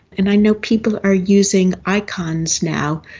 and i know people are using icons now,